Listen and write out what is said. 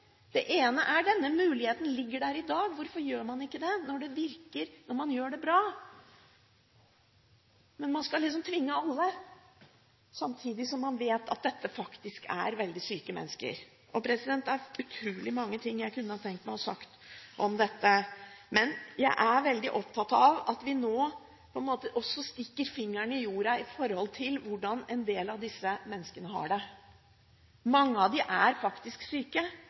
Denne muligheten ligger der i dag. Hvorfor gjør man ikke det, når det virker når man gjør det bra? Man skal liksom tvinge alle ut i arbeid, samtidig som man vet at dette faktisk er veldig syke mennesker. Det er utrolig mange ting jeg kunne tenkt meg å si om dette, men jeg er veldig opptatt av at vi nå også stikker fingeren i jorda med hensyn til hvordan en del av disse menneskene har det. Mange av dem er faktisk syke,